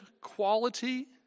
quality